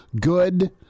good